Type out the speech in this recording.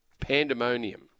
Pandemonium